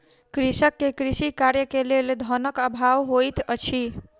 कृषक के कृषि कार्य के लेल धनक अभाव होइत अछि